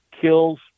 kills